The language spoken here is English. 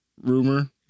rumor